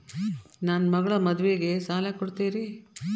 ನನ್ನ ಮಗಳ ಮದುವಿಗೆ ಸಾಲ ಕೊಡ್ತೇರಿ?